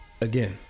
again